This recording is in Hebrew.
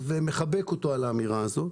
ומחבק אותו על האמירה הזאת,